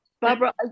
Barbara